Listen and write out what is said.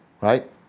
right